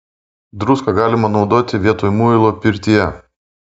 druską galima naudoti vietoj muilo pirtyje